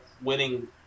winning